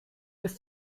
bis